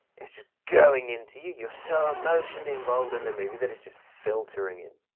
it's just going into you, you're so emotionally involved in the movie that it's just filtering in.